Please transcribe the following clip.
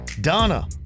Donna